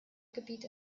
gebiet